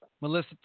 Melissa